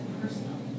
personal